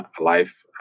life